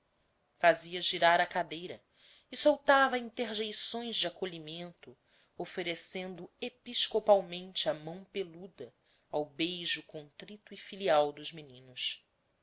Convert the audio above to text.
fazia girar a cadeira e soltava interjeições de acolhimento oferecendo episcopalmente a mão peluda ao beijo contrito e filial dos meninos